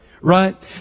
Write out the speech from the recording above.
right